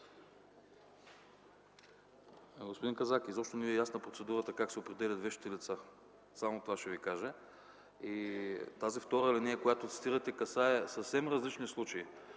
Господин Казак, изобщо не Ви е ясна процедурата как се определят вещите лица, само това ще Ви кажа. Тази втора алинея, която цитирате, касае съвсем различни случаи.